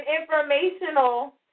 informational